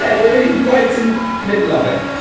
and we're right in the middle of it.